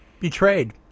Betrayed